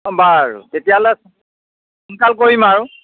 বাৰু তেতিয়াহ'লে সোনকাল কৰিম আৰু